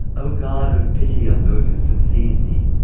oh, god, have pity on those who succeed me.